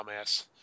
dumbass